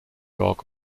york